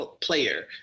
player